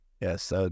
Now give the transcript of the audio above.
Yes